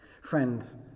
Friends